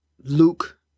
Luke